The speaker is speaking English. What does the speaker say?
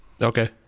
okay